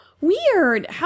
Weird